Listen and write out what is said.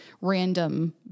random